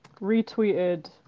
retweeted